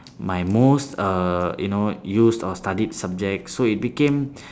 my most err you know used or studied subject so it became